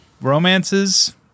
romances